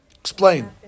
Explain